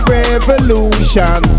revolution